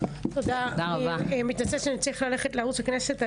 תודה, אני מתנצלת שאני אצטרך ללכת לערוץ הכנסת.